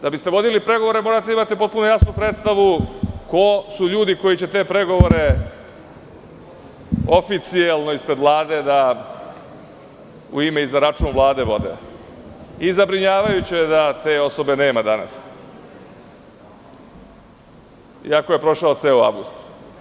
Da bi ste vodili pregovore, morate da imate jasnu predstavu ko su ljudi koji će te pregovore oficijelno ispred Vlade da u ime i za račun Vlade vode, i zabrinjavajuće je da te osobe nema danas, iako je prošao ceo avgust.